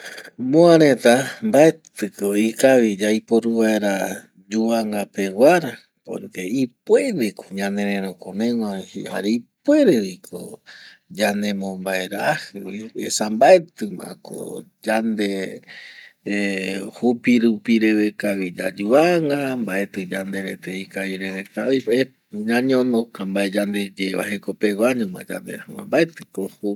Möa reta mbaetɨ ko ikavi yaiporu vaera yuvanga peguara porque ipuere ko ñanererokomegua vi jare ipuere vi ko yanembobaerajɨ vi esa mbaetɨ ma ko yande jupi rupi reve kavi yayuvanga, mbaetɨ yanderete ikavi reve kavi, ñañonoka mbae yandeye va jekopegua ño ma yande jaema mbaetɨ ko jupi